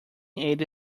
eighty